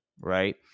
right